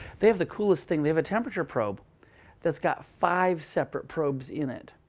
they have the coolest thing. they have a temperature probe that's got five separate probes in it.